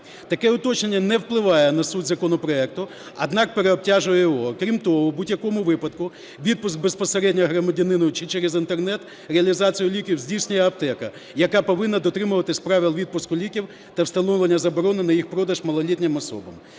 Таке уточнення не впливає на суть законопроекту, однак переобтяжує його. Крім того, в будь-якому випадку відпуск безпосередньо громадянину чи через інтернет, реалізацію ліків здійснює аптека, яка повинна дотримуватися правил відпуску ліків та встановлення заборони на їх продаж малолітнім особам.